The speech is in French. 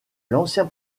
l’ancien